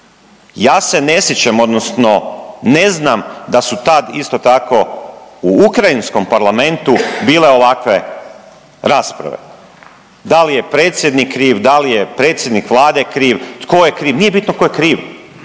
Ja se ne sjećam, odnosno ne znam da su tad, isto tako, u ukrajinskom parlamentu bile ovakve rasprave, da li je predsjednik kriv, da li je predsjednik Vlade kriv, tko je kriv, nije bitno tko je kriv,